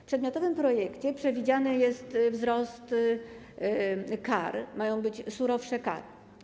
W przedmiotowym projekcie przewidziany jest wzrost kar; mają być surowsze kary.